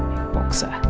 boxer.